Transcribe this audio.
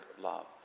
love